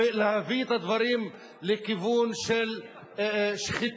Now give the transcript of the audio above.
ולהביא את הדברים לכיוון של שחיתות,